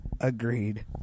Agreed